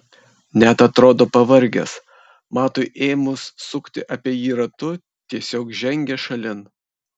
net atrodo pavargęs matui ėmus sukti apie jį ratu tiesiog žengia šalin